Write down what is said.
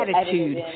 attitude